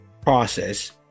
process